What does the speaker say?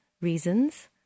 reasons